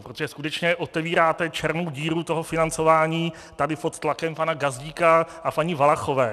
Protože skutečně otevíráte černou díru toho financování tady pod tlakem pana Gazdíka a paní Valachové.